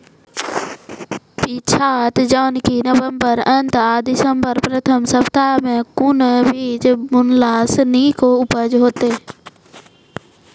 पीछात जेनाकि नवम्बर अंत आ दिसम्बर प्रथम सप्ताह मे कून बीज बुनलास नीक उपज हेते?